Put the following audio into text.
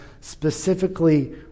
specifically